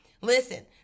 listen